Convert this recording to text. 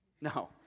No